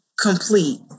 complete